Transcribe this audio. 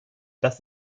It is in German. das